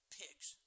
pigs